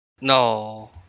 no